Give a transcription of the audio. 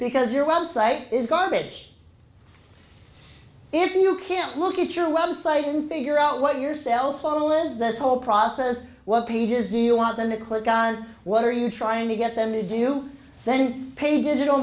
because your website is garbage if you can't look at your website and figure out what your cell phone was that whole process what pages do you want them to click on what are you trying to get them to do you then pay digital